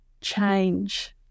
change